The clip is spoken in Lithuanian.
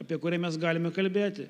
apie kurią mes galime kalbėti